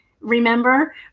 remember